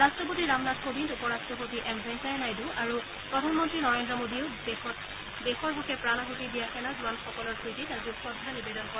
ৰট্টপতি ৰামনাথ কোবিন্দ উপ ৰাষ্টপতি এম ভেংকায়া নাইডু আৰু প্ৰধানমন্ত্ৰী নৰেন্দ্ৰ মোদীয়েও যুদ্ধত দেশৰ হকে প্ৰাণ আছতি দিয়া সেনা জোৱানসকলৰ স্মৃতিত আজি শ্ৰদ্ধা নিবেদন কৰে